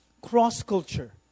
cross-culture